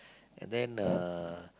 and then uh